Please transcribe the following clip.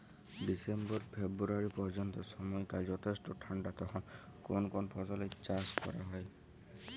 December February পর্যন্ত সময়কাল যথেষ্ট ঠান্ডা তখন কোন কোন ফসলের চাষ করা হয়?